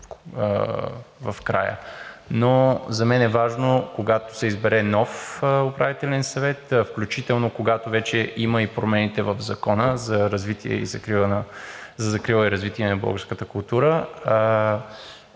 в края, но за мен е важно, когато се избере нов Управителен съвет, включително, когато вече има и промените в Закона за закрила и развитие на културата,